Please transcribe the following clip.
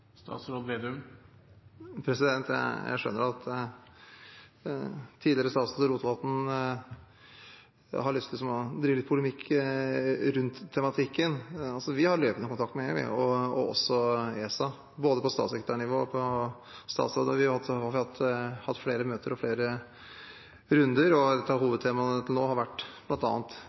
Jeg skjønner at tidligere statsråd Rotevatn har lyst til å drive polemikk rundt tematikken. Vi har løpende kontakt med EU, og også ESA, både på statssekretær- og statsrådsnivå. Vi har hatt flere møter og flere runder, og ett av hovedtemaene nå har vært